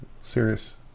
serious